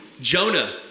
Jonah